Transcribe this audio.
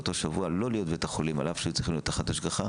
שבוע מלהיות בבית חולים אל אף שהיו צריכים להיות תחת השגחה.